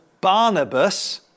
Barnabas